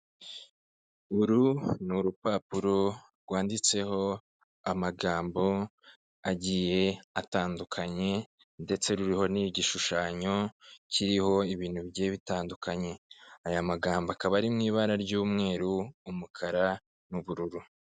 Uru ni urupapuro rwanditseho amagambo agiye atandukanye, ndetse ruriho n'igishushanyo kiriho ibintu bigiye bitandukanye. Aya magambo akaba ari mu ibara ry'umweru, umukara, n'ubururu.